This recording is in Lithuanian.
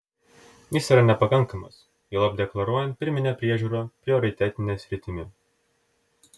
jis yra nepakankamas juolab deklaruojant pirminę priežiūrą prioritetine sritimi